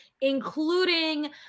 including